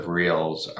reels